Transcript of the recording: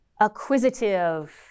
acquisitive